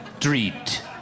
Street